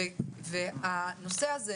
הנושא הזה